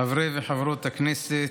חברי וחברות הכנסת,